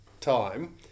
time